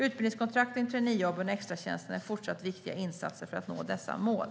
Utbildningskontrakten, traineejobben och extratjänsterna är fortsatt viktiga insatser för att nå dessa mål.